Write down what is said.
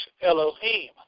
Elohim